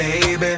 baby